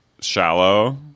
Shallow